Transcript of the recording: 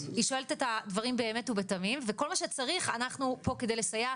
היא שואלת את הדברים האמת ובתמים וכל מה שצריך אנחנו פה כדי לסייע,